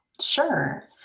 Sure